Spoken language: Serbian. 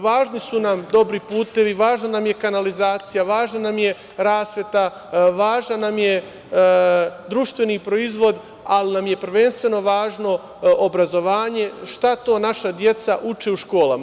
Važni su nam dobri putevi, važna nam je kanalizacija, važna nam je rasveta, važan nam je društveni proizvod, ali nam je prvenstveno važno obrazovanje, šta to naša deca uče u školama.